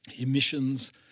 emissions